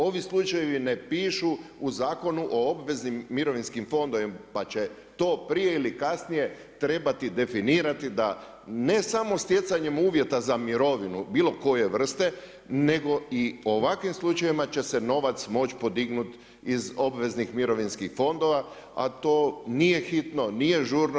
Ovi slučajevi ne pišu u Zakonu o obveznim mirovinskim fondovima, pa će to prije ili kasnije trebati definirati da ne samo stjecanjem uvjeta za mirovinu bilo koje vrste, nego i u ovakvim slučajevima će se novac moći podignut iz obveznih mirovinskih fondova, a to nije hitno, nije žurno.